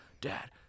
dad